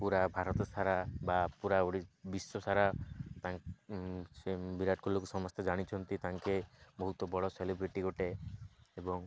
ପୁରା ଭାରତସାରା ବା ପୁରା ଓଡ଼ି ବିଶ୍ୱସାରା ସେ ବିରାଟ କୋହଲିକୁ ସମସ୍ତେ ଜାଣିଛନ୍ତି ତାଙ୍କେ ବହୁତ ବଡ଼ ସେଲିବ୍ରିଟି ଗୋଟେ ଏବଂ